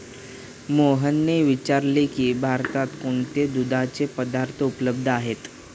रोहनने विचारले की भारतात कोणते दुधाचे पदार्थ उपलब्ध आहेत?